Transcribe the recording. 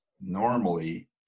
normally